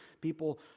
people